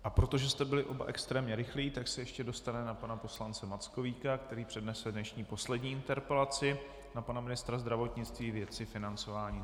A protože jste byli oba extrémně rychlí, tak se ještě dostane na pana poslance Mackovíka, který přednese dnešní poslední interpelaci na pana ministra zdravotnictví ve věci financování.